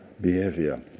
behavior